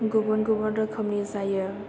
गुबुन गुबुन रोखोमनि जायो